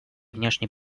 внешней